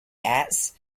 ass